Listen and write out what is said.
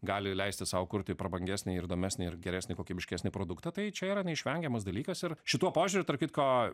gali leisti sau kurti prabangesnį ir įdomesnį ir geresnį kokybiškesnį produktą tai čia yra neišvengiamas dalykas ir šituo požiūriu tarp kitko